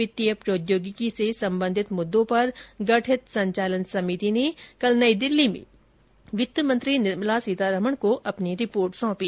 वित्तीय प्रौद्योगिकी से संबंधित मुद्दों पर गठित संचालन समिति ने कल नई दिल्ली में वित्तमंत्री निर्मला सीतारामन को अपनी रिपोर्ट सौंपी